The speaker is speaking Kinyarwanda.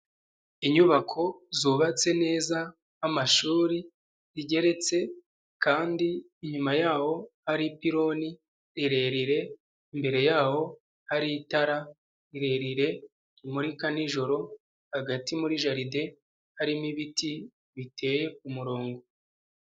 Inyubako zubatse neza nk'amashuri rigeretse kandi inyuma yaho ari ipironi rirerire imbere yaho hari itara rirerire rimurika nijoro, hagati muri jaride harimo ibiti biteye ku murongo.